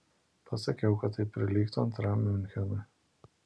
pasakiau kad tai prilygtų antram miunchenui